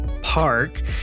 Park